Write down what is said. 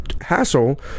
hassle